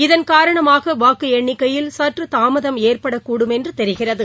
இதன் காரணமாக வாக்கு எண்ணிக்கையில் சற்று தாமதம் ஏற்படக்கூடும் என்று தெரிகிறது